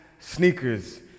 Sneakers